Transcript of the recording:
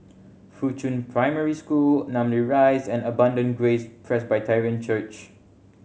Fuchun Primary School Namly Rise and Abundant Grace Presbyterian Church